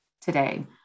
today